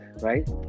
right